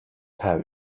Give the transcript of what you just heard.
pouch